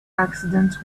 accidents